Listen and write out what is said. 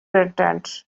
returned